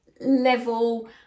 level